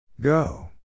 Go